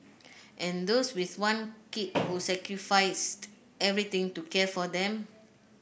and those with one kid who sacrificed everything to care for them